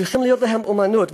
צריכה להיות להם אומנות,